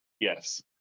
Yes